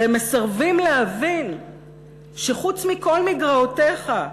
והם מסרבים להבין שחוץ מכל מגרעותיך,